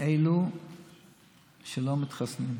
אלה שלא מתחסנים.